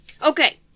Okay